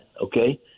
okay